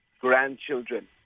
grandchildren